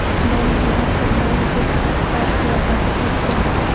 Bond बाजार पर bond yield का क्या असर पड़ता है?